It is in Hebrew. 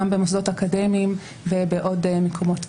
גם במוסדות אקדמיים ובעוד מקומות.